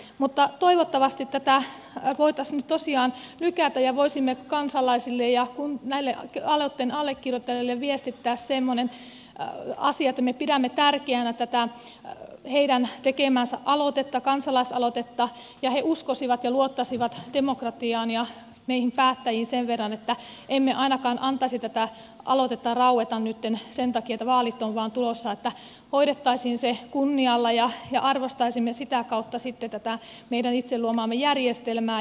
mutta toivottavasti tätä voitaisiin nyt tosiaan lykätä ja voisimme kansalaisille ja näille aloitteen allekirjoittajille viestittää semmoisen asian että me pidämme tärkeänä tätä heidän tekemäänsä kansalaisaloitetta ja he uskoisivat ja luottaisivat demokratiaan ja meihin päättäjiin sen verran että emme ainakaan antaisi tämän aloitteen raueta nytten vain sen takia että vaalit ovat tulossa vaan että hoidettaisiin se kunnialla ja arvostaisimme sitä kautta sitten tätä meidän itse luomaamme järjestelmää